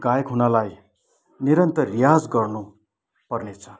गायक हुनलाई निरन्तर रियाज गर्नु पर्नेछ